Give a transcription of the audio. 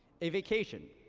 a vacation.